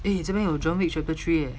eh 这边有整理 geometry